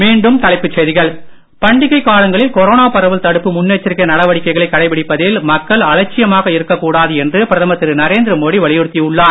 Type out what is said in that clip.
மீண்டும் தலைப்புச் செய்திகள் பண்டிகை காலங்களில் கொரோனா பரவல் தடுப்பு முன் எச்சரிக்கை நடவடிக்கைகளை கடைபிடிப்பதில் மக்கள் அலட்சியமாக இருக்க கூடாது என்று பிரதமர் திரு நரேந்திரமோடி வலியுறுத்தியுள்ளார்